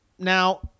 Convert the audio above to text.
Now